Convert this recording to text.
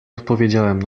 odpowiedziałem